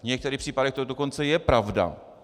V některých případech to dokonce je pravda.